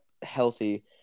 healthy